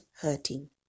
hurting